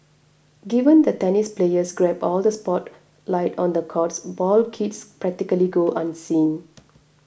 given that tennis players grab all the spotlight on the courts ball kids practically go unseen